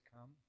come